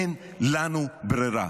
אין לנו ברירה.